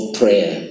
prayer